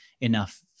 enough